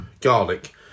garlic